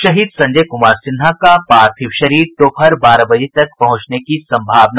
शहीद संजय कुमार सिन्हा का पार्थिव शरीर दोपहर बारह बजे तक पहुंचने की संभावना